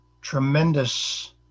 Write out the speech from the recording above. tremendous